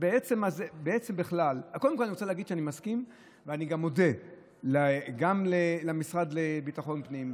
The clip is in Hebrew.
אני רוצה להגיד שאני מסכים ואני מודה למשרד לביטחון הפנים,